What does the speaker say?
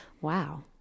Wow